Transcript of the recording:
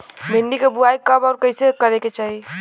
भिंडी क बुआई कब अउर कइसे करे के चाही?